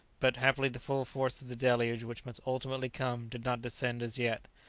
but happily the full force of the deluge which must ultimately come did not descend as yet.